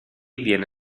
viene